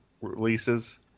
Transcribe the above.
releases